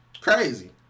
Crazy